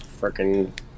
freaking